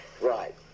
Right